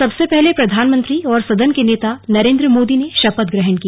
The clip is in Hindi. सबसे पहले प्रधानमंत्री और सदन के नेता नरेन्द्र मोदी ने शपथ ग्रहण की